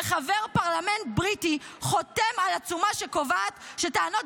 וחבר פרלמנט בריטי חותם על עצומה שקובעת שטענות